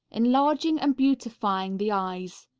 enlarging and beautifying the eyes.